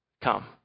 come